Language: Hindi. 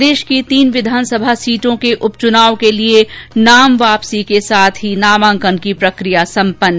प्रदेश की तीन विधानसभा सीटों के उप चुनाव के लिए नाम वापसी के साथ ही नामांकन की प्रक्रिया संपन्न